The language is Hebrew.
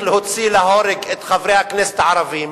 להוציא להורג את חברי הכנסת הערבים,